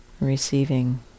receiving